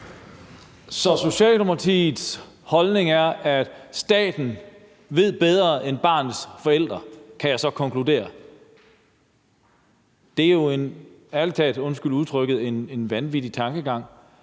Så Socialdemokratiets holdning er, at staten ved bedre end barnets forældre, kan jeg så konkludere. Det er jo ærlig talt en – undskyld udtrykket – vanvittig tankegang,